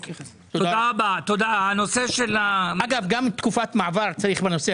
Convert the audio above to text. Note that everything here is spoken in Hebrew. גם תקופת מעבר צריך בנושא